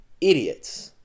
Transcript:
idiots –